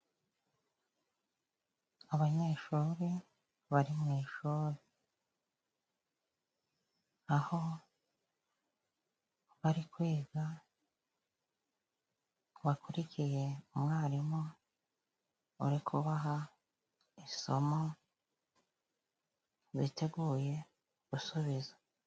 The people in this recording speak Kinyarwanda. Abanyeshuri bari mu ishuri. Aho bari kwiga bakurikiye umwarimu uri kubaha isomo biteguye gusubiza.